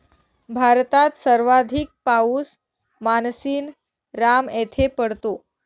भारतात सर्वाधिक पाऊस मानसीनराम येथे पडतो